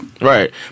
right